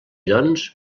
doncs